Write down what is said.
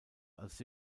als